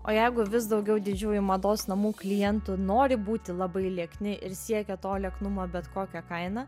o jeigu vis daugiau didžiųjų mados namų klientų nori būti labai liekni ir siekia to lieknumo bet kokia kaina